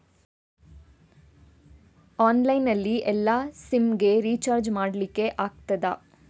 Online ನಲ್ಲಿ ಎಲ್ಲಾ sim ಗೆ ರಿಚಾರ್ಜ್ ಮಾಡಲಿಕ್ಕೆ ಆಗ್ತದಾ?